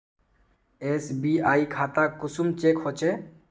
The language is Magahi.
एस.बी.आई खाता कुंसम चेक होचे?